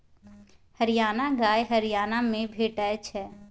हरियाणा गाय हरियाणा मे भेटै छै